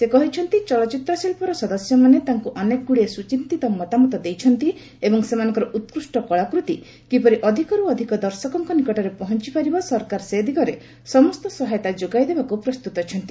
ସେ କହିଛନ୍ତି ଚଳଚ୍ଚିତ୍ର ଶିଳ୍ପର ସଦସ୍ୟମାନେ ତାଙ୍କୁ ଅନେକଗୁଡ଼ିଏ ସୁଚିନ୍ତିତ ମତାମତ ଦେଇଛନ୍ତି ଏବଂ ସେମାନଙ୍କର ଉତ୍କୃଷ୍ଟ କଳାକୃତି କିପରି ଅଧିକରୁ ଅଧିକ ଦର୍ଶକଙ୍କ ନିକଟରେ ପହଞ୍ଚ ପାରିବ ସରକାର ସେ ଦିଗରେ ସମସ୍ତ ସହାୟତା ଯୋଗାଇଦେବାକୁ ପ୍ରସ୍ତୁତ ଅଛନ୍ତି